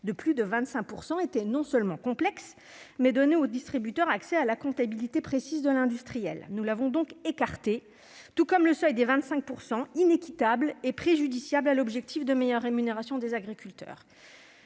du produit, était non seulement complexe, mais donnait au distributeur accès à la comptabilité précise de l'industriel. Nous l'avons donc écartée, tout comme le seuil des 25 %, inéquitable et préjudiciable à l'objectif de meilleure rémunération des agriculteurs.